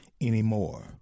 anymore